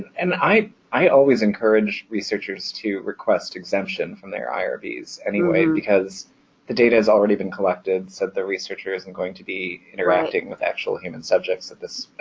and i i always encourage researchers to request exemption from their irbs anyway, because the data has already been collected so the researcher isn't going to be interacting with actual human subjects at this